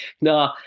No